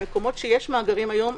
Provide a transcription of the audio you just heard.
במקומות שיש מאגרים היום,